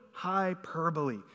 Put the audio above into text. hyperbole